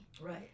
Right